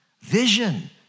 vision